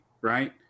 right